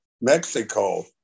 Mexico